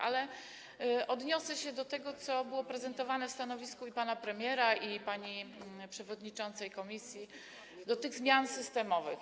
Ale odniosę się do tego, co było prezentowane w stanowisku i pana premiera, i pani przewodniczącej komisji, do tych zmian systemowych.